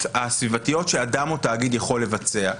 הסביבתיות שאדם או תאגיד יכול לבצע.